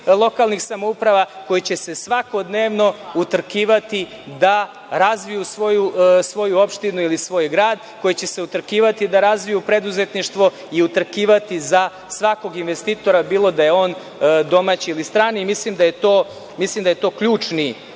lokalnih samouprava koje će se svakodnevno utrkivati da razviju svoju opštinu ili svoj grad, koje će se utrkivati da razviju preduzetništvo i utrkivati za svakog investitora, bilo da je on domaći ili strani. Mislim da je to ključni